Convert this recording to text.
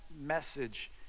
message